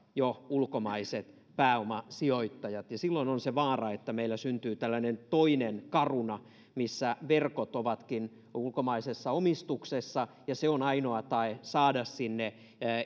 jo ulkomaiset pääomasijoittajat silloin on se vaara että meillä syntyy tällainen toinen caruna missä verkot ovatkin ulkomaisessa omistuksessa ja se on ainoa tae saada sinne